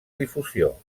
difusió